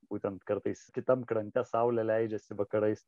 būtent kartais kitam krante saulė leidžiasi vakarais